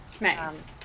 nice